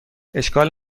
اشکال